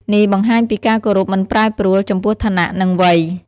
នេះបង្ហាញពីការគោរពមិនប្រែប្រួលចំពោះឋានៈ និងវ័យ។